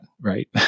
right